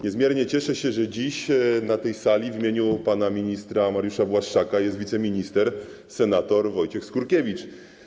Niezmiernie cieszę się, że dziś na tej sali w imieniu pana ministra Mariusza Błaszczaka jest wiceminister senator Wojciech Skurkiewicz.